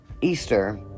Easter